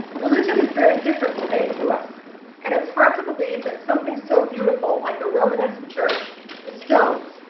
religion is very different today to us and it's hard to believe that something so beautiful like a romanesque church, the stones,